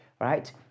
right